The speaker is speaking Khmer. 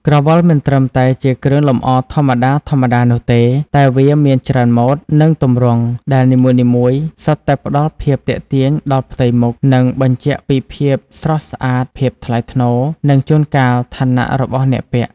ក្រវិលមិនត្រឹមតែជាគ្រឿងលម្អធម្មតាៗនោះទេ តែវាមានច្រើនម៉ូដ និងទម្រង់ ដែលនីមួយៗសុទ្ធតែផ្តល់ភាពទាក់ទាញដល់ផ្ទៃមុខ និងបញ្ជាក់ពីភាពស្រស់ស្អាត ភាពថ្លៃថ្នូរ និងជួនកាលឋានៈរបស់អ្នកពាក់។